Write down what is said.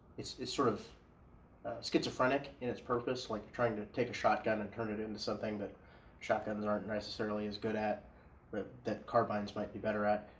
it's it's sort of schizophrenic in it's purpose, like trying to take a shot gun and turn it into something that shotguns aren't necessarily as good at, but that carbines might be better at.